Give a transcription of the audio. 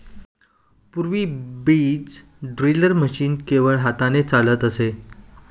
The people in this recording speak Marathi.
पूर्वी बीज ड्रिलचे मशीन केवळ हाताने चालत असे